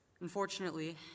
Unfortunately